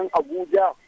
abuja